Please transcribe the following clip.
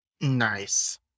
Nice